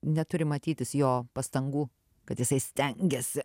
neturi matytis jo pastangų kad jisai stengiasi